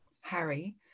Harry